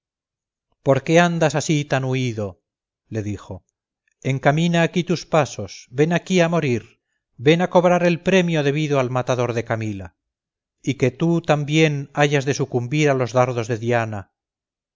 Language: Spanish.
por qué andas así tan huido le dijo encamina aquí tus pasos ven aquí a morir ven a cobrar el premio debido al matador de camila y que tú también hayas de sucumbir a los dardos de diana